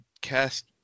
cast